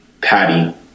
Patty